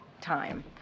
time